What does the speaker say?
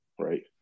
right